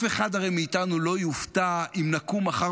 הרי אף אחד מאיתנו לא יופתע אם נקום מחר